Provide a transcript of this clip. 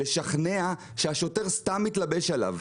לשכנע שהשוטר סתם מתלבש עליו.